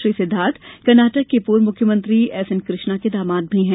श्री सिद्दार्थ कर्नाटक के पूर्व मुख्यमंत्री एसएन कृष्णा के दामाद भी हैं